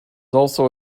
also